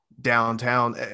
downtown